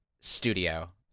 studio